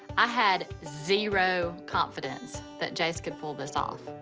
i had zero confidence that jase could pull this off.